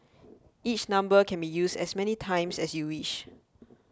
each number can be used as many times as you wish